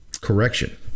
correction